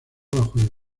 bajo